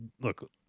look